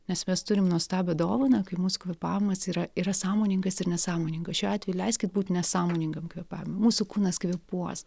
nes mes turim nuostabią dovaną kai mūsų kvėpavimas yra yra sąmoningas ir nesąmoningas šiuo atveju leiskit būt nesąmoningam kvėpavimui mūsų kūnas kvėpuos